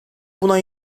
buna